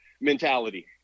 mentality